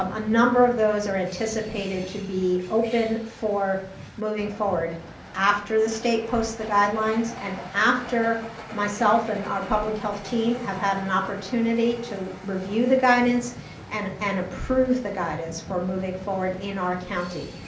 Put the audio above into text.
um a number of those are anticipated to be open for moving forward after the state post the guidelines and after myself and our public health team have had an opportunity to review the guidance and and approve the guidance for moving forward in our county.